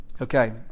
Okay